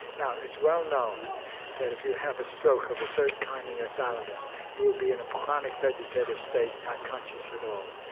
now it's well known that if you have a stroke of a certain kind in your thalamus you will be in a chronic vegetative state, not conscious at all.